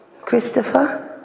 Christopher